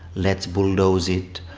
let's bulldoze it,